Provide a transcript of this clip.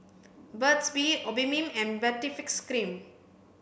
Burt's bee Obimin and Baritex cream